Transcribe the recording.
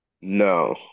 No